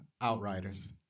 Outriders